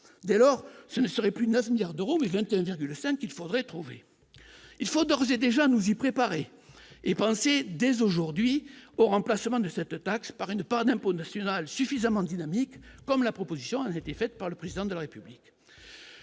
dès lors, ce ne serait plus de 9 milliards d'euros et 21,5 il faudrait trouver, il faut d'ores et déjà nous y préparer et penser dès aujourd'hui au remplacement de cette taxe par une part d'impôt national suffisamment dynamique comme la proposition avait été faite par le président de la République